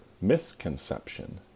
misconception